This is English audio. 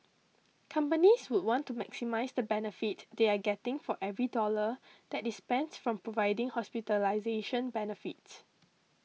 companies would want to maximise the benefit they are getting for every dollar that is spent from providing hospitalisation benefit